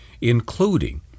including